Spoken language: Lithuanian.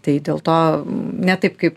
tai dėl to ne taip kaip